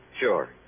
Sure